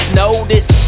notice